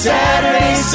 Saturday